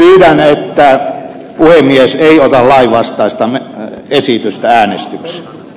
pyydän että puhemies ei ota lainvastaista esitystä äänestykseen